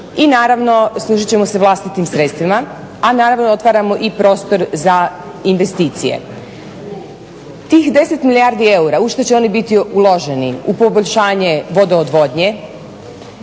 i naravno služit ćemo se vlastitim sredstvima, a naravno otvaramo i prostor za investicije. Tih 10 milijardi eura, u što će oni biti uloženi? U poboljšanje vodoodvodnje.